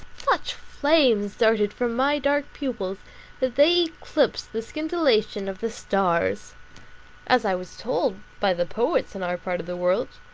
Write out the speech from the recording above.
such flames darted from my dark pupils that they eclipsed the scintillation of the stars as i was told by the poets in our part of the world.